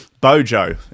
Bojo